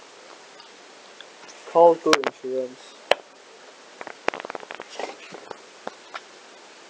call two insurance